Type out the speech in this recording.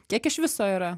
kiek iš viso yra